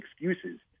excuses